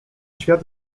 świat